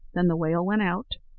then the whale went out,